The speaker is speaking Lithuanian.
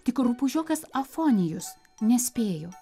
tik rupūžiokas afonijus nespėjo